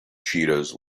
cheetahs